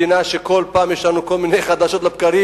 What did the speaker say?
מדינה שבה כל פעם יש לנו כל מיני, חדשות לבקרים.